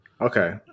Okay